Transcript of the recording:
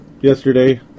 yesterday